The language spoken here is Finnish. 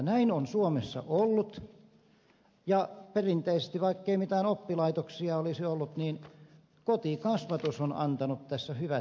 näin on suomessa ollut ja perinteisesti vaikkei mitään oppilaitoksia olisi ollut kotikasvatus on antanut tässä hyvät tienviitat